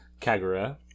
Kagura